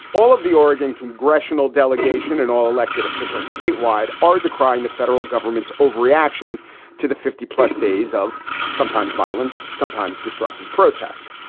all of the oregon congressional delegation and all elected officials statewide are decrying the federal government's overreaction to the fifty plus days of sometimes violent, sometimes destructive protest.